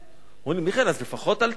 אומרים לי: מיכאל, אז לפחות אל תהיה פה.